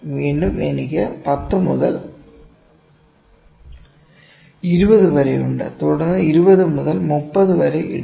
വീണ്ടും എനിക്ക് 10 മുതൽ 20 വരെ ഉണ്ട് തുടർന്ന് 20 മുതൽ 30 വരെ ഇടുക